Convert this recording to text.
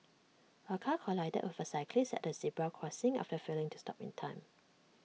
A car collided of A cyclist at A zebra crossing after failing to stop in time